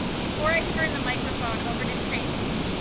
before i turn the microphone over to tracy,